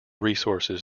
resources